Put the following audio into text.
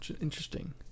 Interesting